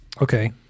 Okay